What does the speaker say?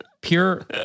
pure